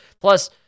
Plus